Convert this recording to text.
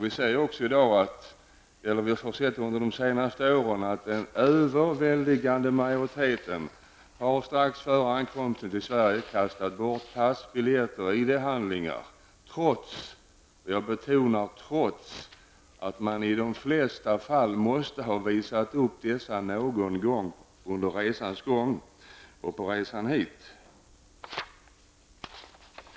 Vi har under senare år kunnat se att en överväldigande majoritet av dem som kommit till Sverige strax före ankomsten har kastat bort pass, biljetter och ID-handlingar trots -- jag betonar det -- att man i de flesta fall måste ha visat upp dessa handlingar någon gång under resan hit.